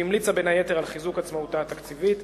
שהמליצה, בין היתר, על חיזוק עצמאותה התקציבית.